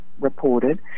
reported